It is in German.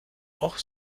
auch